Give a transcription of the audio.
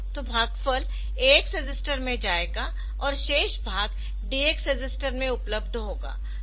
तो भागफल AX register में जाएगा और शेष भाग DX रजिस्टर में उपलब्ध होगा